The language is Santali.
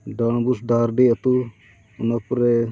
ᱰᱟᱬᱵᱩᱥ ᱰᱟᱦᱟᱨᱰᱤ ᱟᱛᱳ ᱚᱱᱟ ᱯᱚᱨᱮ